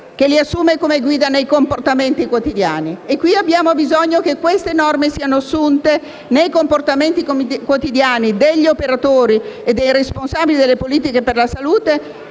che li assume come guida nei comportamenti quotidiani. Qui abbiamo bisogno che queste norme siano assunte nei comportamenti quotidiani degli operatori e dei responsabili delle politiche per la salute